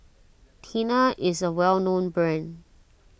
Tena is a well known brand